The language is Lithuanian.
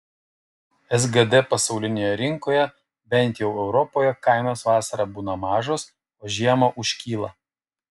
sgd pasaulinėje rinkoje bent jau europoje kainos vasarą būna mažos o žiemą užkyla